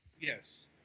Yes